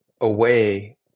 away